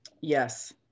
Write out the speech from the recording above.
Yes